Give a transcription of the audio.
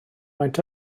faint